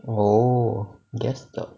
oh guess the